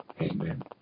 Amen